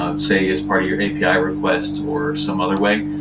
ah say as part of your api requests or some other way,